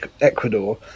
Ecuador